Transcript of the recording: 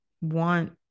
want